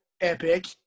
epic